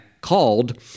called